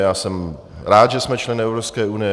Já jsem rád, že jsme členy Evropské unie.